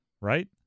right